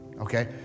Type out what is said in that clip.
okay